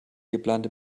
geplante